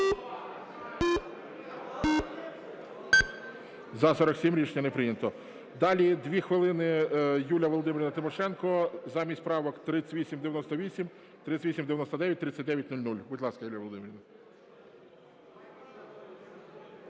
За-47 Рішення не прийнято. Далі 2 хвилини – Юлія Володимирівна Тимошенко. Замість правок 3898, 3899, 3900. Будь ласка, Юлія Володимирівна.